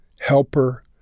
helper